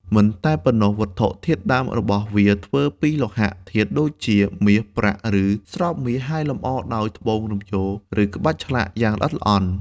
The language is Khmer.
មិនតែប៉ុណ្ណោះ វត្ថុធាតុដើមរបស់វាធ្វើពីលោហៈធាតុដូចជា មាស ប្រាក់ ឬស្រោបមាស ហើយលម្អដោយត្បូង រំយោល ឬក្បាច់ឆ្លាក់ យ៉ាងល្អិតល្អន់។